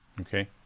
Okay